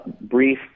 brief